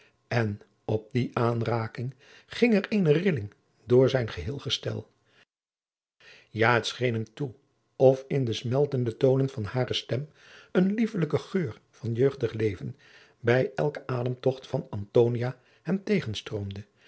en op die aanraking ging er eene rilling door zijn geheel gestel ja het scheen hem toe of in de smeltende toonen van hare stem een liefelijke geur van jeugdig leven bij elken ademtogt van antonia hem